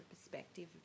perspective